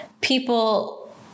people